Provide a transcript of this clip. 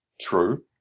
True